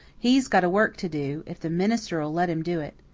he's got a work to do if the minister'll let him do it.